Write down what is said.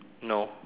no